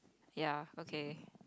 ya okay